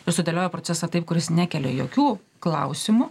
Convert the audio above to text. ir sudėlioja procesą taip kuris nekelia jokių klausimų